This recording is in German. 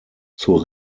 zur